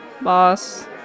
boss